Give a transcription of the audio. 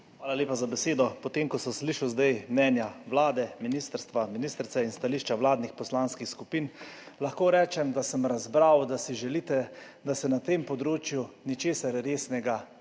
Hvala lepa za besedo. Potem ko sem slišal zdaj mnenja Vlade, ministrstva, ministrice in stališča vladnih poslanskih skupin, lahko rečem, da sem razbral, da si želite, da se na tem področju ničesar resnega